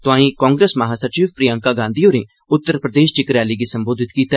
तौंआई कांग्रेस महासचिव प्रियंका गांधी होरें उत्तर प्रदेश च इक रैली गी सम्बोधित कीता